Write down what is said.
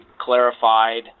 clarified